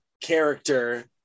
character